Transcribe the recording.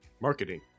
Marketing